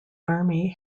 army